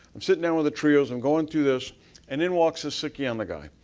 i'm sitting there with the trios, i'm going through this and in walks a sakana guy.